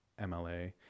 MLA